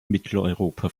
mitteleuropa